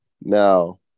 Now